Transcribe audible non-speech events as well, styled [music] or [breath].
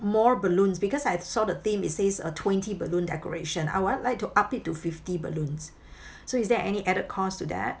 more balloons because I saw the theme it says uh twenty balloon decoration I would like to up it to fifty balloons [breath] so is there any added cost to that